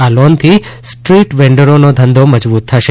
આ લોનથી સ્ટ્રીટ વેન્ડરોને ધંધો મજબુત થશે